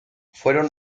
fueron